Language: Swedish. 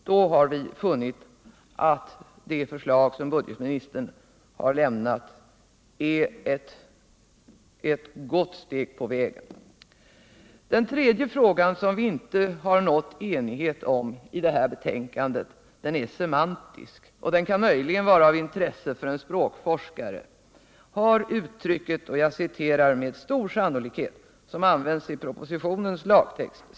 Vi har då funnit att det förslag som budgetministern lämnat innebär ett gott steg på vägen. Den tredje fråga som vi inte nått enighet om i betänkandet är semantisk. Den kan möjligen vara av intresse för en språkforskare. Har uttrycket ”med stor sannolikhet”, som används i propositionens lagtext.